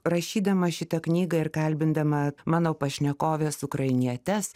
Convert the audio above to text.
rašydama šitą knygą ir kalbindama mano pašnekoves ukrainietes